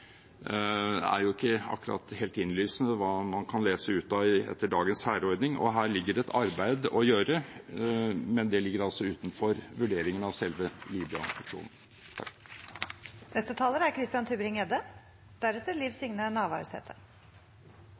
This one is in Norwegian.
det jo ikke akkurat helt innlysende hva man kan lese ut av etter dagens særordning, og her ligger det et arbeid å gjøre. Men det ligger altså utenfor vurderingen av selve